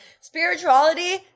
spirituality